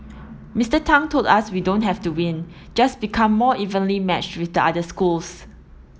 Mister Tang told us we don't have to win just become more evenly matched with the other schools